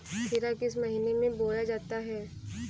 खीरा किस महीने में बोया जाता है?